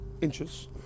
inches